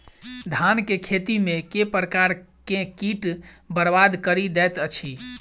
धान केँ खेती मे केँ प्रकार केँ कीट बरबाद कड़ी दैत अछि?